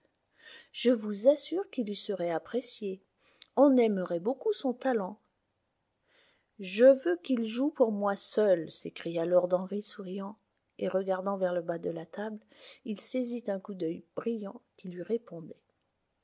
je vous assure qu'il y serait apprécié on aimerait beaucoup son talent je veux qu'il joue pour moi seul s'écria lord henry souriant et regardant vers le bas de la table il saisit un coup d'œil brillant qui lui répondait